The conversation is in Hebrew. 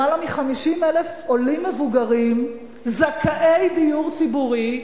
למעלה מ-50,000 עולים מבוגרים, זכאי דיור ציבורי,